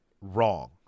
wrong